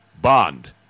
Bond